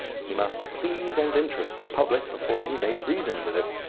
he must please and interest the public before he may reason with it,